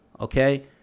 okay